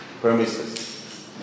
premises